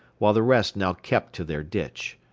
while the rest now kept to their ditch.